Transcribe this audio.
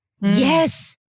Yes